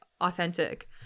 authentic